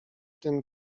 tym